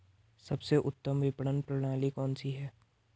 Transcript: सबसे उत्तम विपणन प्रणाली कौन सी है?